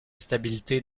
stabilité